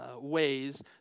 ways